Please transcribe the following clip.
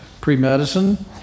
pre-medicine